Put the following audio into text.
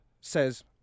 says